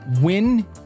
win